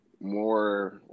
more